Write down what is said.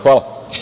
Hvala.